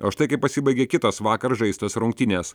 o štai kaip pasibaigė kitos vakar žaistos rungtynės